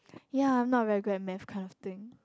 ya I'm not very good and Math kind of thing